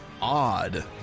odd